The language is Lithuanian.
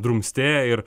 drumstėją ir